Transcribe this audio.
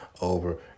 over